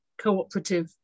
cooperative